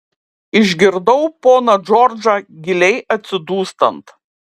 išgirdau poną džordžą giliai atsidūstant